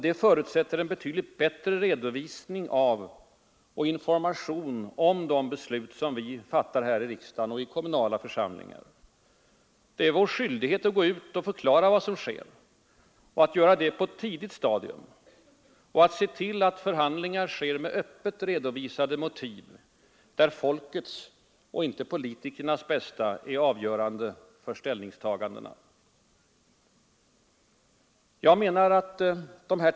Detta förutsätter en betydligt bättre redovisning av och information om de beslut som vi fattar här i riksdagen och i kommunala församlingar. Det är vår skyldighet att gå ut och förklara vad som sker, att göra det på ett tidigt stadium och att se till att förhandlingar sker med öppet redovisade motiv, där folkets och inte politikernas bästa är avgörande för ställningstagandena.